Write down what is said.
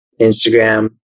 Instagram